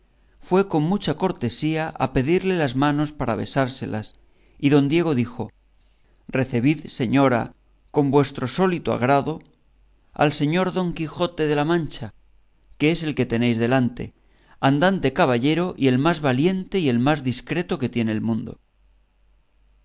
fue con mucha cortesía a pedirle las manos para besárselas y don diego dijo recebid señora con vuestro sólito agrado al señor don quijote de la mancha que es el que tenéis delante andante caballero y el más valiente y el más discreto que tiene el mundo